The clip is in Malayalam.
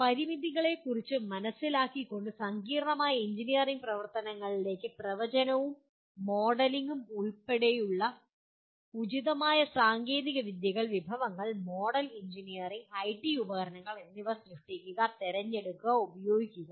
പരിമിതികളെക്കുറിച്ച് മനസിലാക്കിക്കൊണ്ട് സങ്കീർണ്ണമായ എഞ്ചിനീയറിംഗ് പ്രവർത്തനങ്ങളിലേക്ക് പ്രവചനവും മോഡലിംഗും ഉൾപ്പെടെയുള്ള ഉചിതമായ സാങ്കേതിക വിദ്യകൾ വിഭവങ്ങൾ മോഡൽ എഞ്ചിനീയറിംഗ് ഐടി ഉപകരണങ്ങൾ എന്നിവ സൃഷ്ടിക്കുക തിരഞ്ഞെടുക്കുക പ്രയോഗിക്കുക